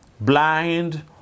Blind